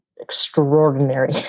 extraordinary